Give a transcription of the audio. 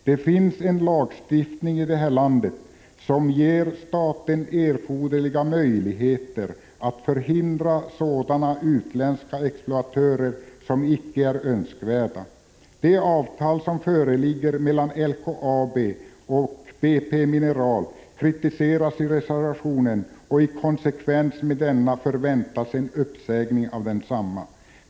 Det finns en lagstiftning i det här landet som ger staten erforderliga möjligheter att förhindra sådana utländska exploatörer som icke är önskvärda. Det avtal som föreligger mellan LKAB och BP Mineral kritiseras i reservationen, och i konsekvens med detta förväntas en uppsägning av avtalet.